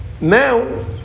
now